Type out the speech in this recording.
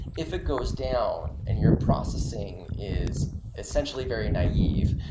if it goes down and you're processing is essentially very naive,